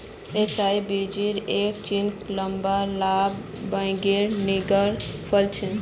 एसाई berries एक inch लंबा लाल बैंगनी रंगेर फल छे